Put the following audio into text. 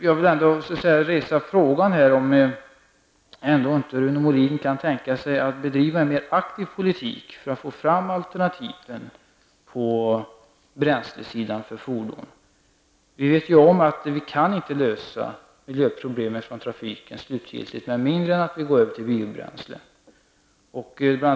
Jag vill ändå resa frågan om inte Rune Molin kan tänka sig att bedriva en mer aktiv politik för att få fram alternativa bränslen för fordon. Vi vet ju att vi inte slutgiltigt kan lösa de miljöproblem som förorsakas av trafiken med mindre än att vi går över till biobränslen.